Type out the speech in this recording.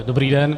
Dobrý den.